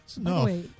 No